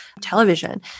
television